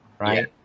right